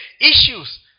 issues